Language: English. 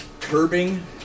curbing